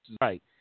right